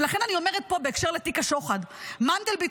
ולכן אני אומרת פה בקשר לתיק השוחד: מנדלבליט,